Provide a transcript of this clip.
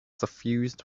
suffused